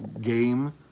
game